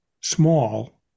small